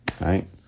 right